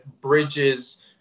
bridges